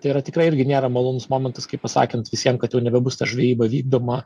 tai yra tikrai irgi nėra malonus momentas kaip pasakant visiem kad jau nebebus ta žvejyba vykdoma